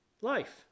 Life